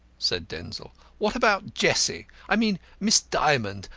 said denzil. what about jessie i mean miss dymond?